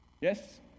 Yes